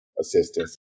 assistance